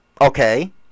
Okay